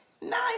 nine